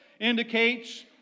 indicates